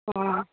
ହଁ